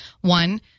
One